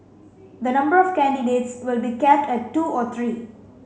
the number of candidates will be capped at two or three